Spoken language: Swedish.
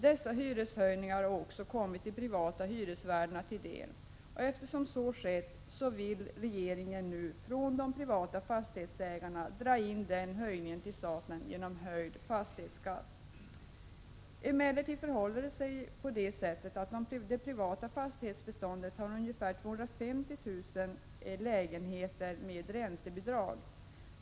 Dessa hyreshöjningar har också kommit de privata hyresvärdarna till del. Eftersom så skett vill regeringen nu från de privata fastighetsägarna dra in den höjningen till staten genom en höjd fastighetsskatt. Av det privata fastighetsbeståndet har emellertid ungefär 250 000 lägenheter räntebidrag.